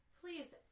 please